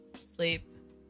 sleep